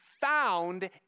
found